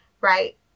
right